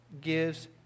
gives